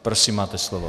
Prosím, máte slovo.